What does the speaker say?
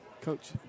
Coach